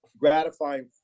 gratifying